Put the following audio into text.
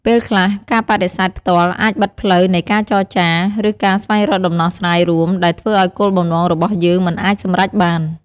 ពេលខ្លះ ការបដិសេធផ្ទាល់អាចបិទផ្លូវនៃការចរចា ឬការស្វែងរកដំណោះស្រាយរួម ដែលធ្វើឲ្យគោលបំណងរបស់យើងមិនអាចសម្រេចបាន។